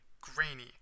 grainy